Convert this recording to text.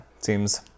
Seems